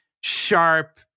sharp